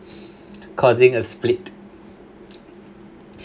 causing a split